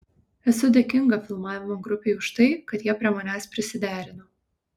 esu dėkinga filmavimo grupei už tai kad jie prie manęs prisiderino